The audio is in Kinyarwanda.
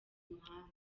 muhanda